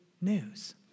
news